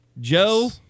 Joe